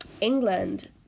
England